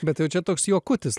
bet tai jau čia toks juokutis